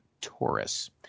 Taurus